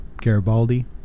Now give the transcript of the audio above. Garibaldi